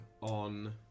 on